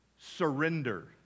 Surrender